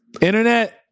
Internet